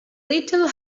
little